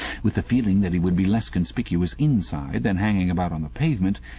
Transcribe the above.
with the feeling that he would be less conspicuous inside than hanging about on the pavement,